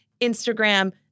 Instagram